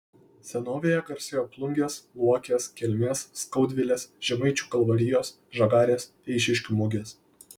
senovėje garsėjo plungės luokės kelmės skaudvilės žemaičių kalvarijos žagarės eišiškių mugės